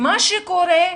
מה שקורה,